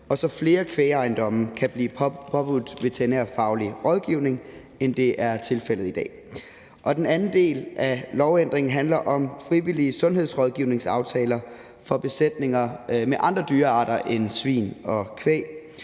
og at flere kvægejendomme kan blive påbudt veterinærfaglig rådgivning, end det er tilfældet i dag. Den anden del af lovændringen handler om frivillige sundhedsrådgivningsaftaler for besætninger med andre dyrearter end svin og kvæg,